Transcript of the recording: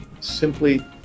simply